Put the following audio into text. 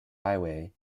highway